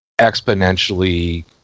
exponentially